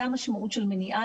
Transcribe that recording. זה המשמעות של מניעה,